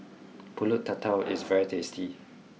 pulut tatal is very tasty